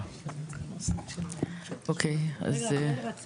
אריאל.